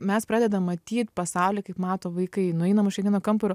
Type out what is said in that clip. mes pradedam matyt pasaulį kaip mato vaikai nueinam už kiekvieno kampo ir